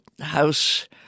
house